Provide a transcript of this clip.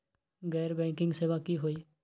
गैर बैंकिंग सेवा की होई?